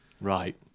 Right